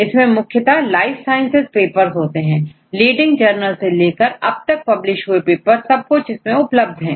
इसमें मुख्यतः life sciences paper होते हैं लीडिंग जर्नल से लेकर अब तक पब्लिश हुए पेपर सब कुछ इसमें उपलब्ध है